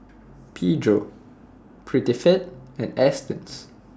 Pedro Prettyfit and Astons